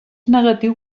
negatiu